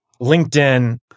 LinkedIn